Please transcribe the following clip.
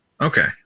Okay